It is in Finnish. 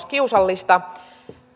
kiusallista